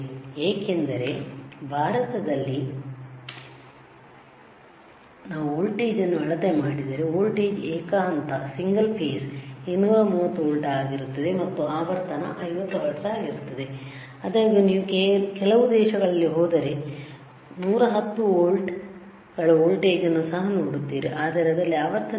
ಏಕೆಂದರೆ ಭಾರತದಲ್ಲಿ ನಾವು ವೋಲ್ಟೇಜ್ ಅನ್ನು ಅಳತೆ ಮಾಡಿದರೆ ವೋಲ್ಟೇಜ್ ಏಕ ಹಂತ 230 ವೋಲ್ಟ್ ಆಗಿರುತ್ತದೆ ಮತ್ತು ಆವರ್ತನವು50 ಹರ್ಟ್ಜ್ ಅಗಿದೆ ಆದಾಗ್ಯೂ ನೀವು ಕೆಲವು ದೇಶಗಳಿಗೆ ಹೋದರೆ ನೀವು 110 ವೋಲ್ಟ್ಗಳ ವೋಲ್ಟೇಜ್ ಅನ್ನು ಸಹ ನೋಡುತ್ತೀರಿ ಆದರೆ ಅದರಲ್ಲಿ ಆವರ್ತನ ಎಷ್ಟು